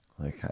Okay